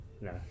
no